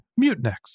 Mutinex